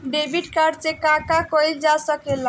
Debit card से का का कइल जा सके ला?